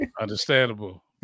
understandable